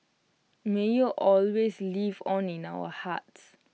may you always live on in our hearts